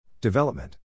Development